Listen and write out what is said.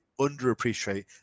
underappreciate